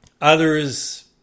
Others